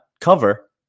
cover